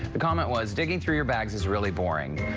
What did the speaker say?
the comment was digging through your bags is really boring.